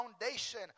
foundation